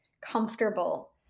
comfortable